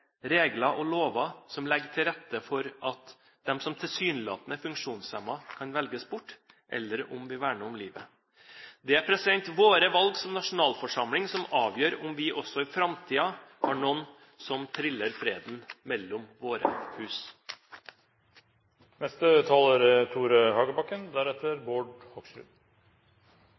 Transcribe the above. regler og lover som legger til rette for at de som tilsynelatende er funksjonshemmede, kan velges bort, eller om vi verner om livet? Det er våre valg som nasjonalforsamling som avgjør om vi også i framtiden har noen som triller freden mellom våre hus. Norsk helsevesen er